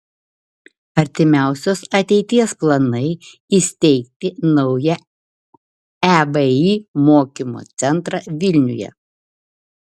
artimiausios ateities planai įsteigti naują ebi mokymo centrą vilniuje